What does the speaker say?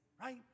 Right